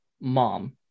mom